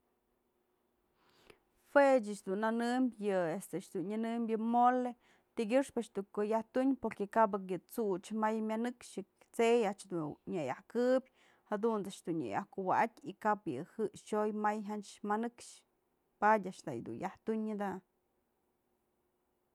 Jue ëch dun nënëm yë este aáx dun nyënëmbyë mole tykyëxpë yaj tunyë porque kap yë t'suchyë may myënëkxyë tse'ey a'ax dun nyë yajkëbyë jadunt's a'ax nyë yaj kuwa'atyë y kap yë je'ejt'soy may jyach manëkxë padyë a'ax dun yaj tunyë jëda.